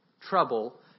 trouble